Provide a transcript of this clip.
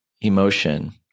emotion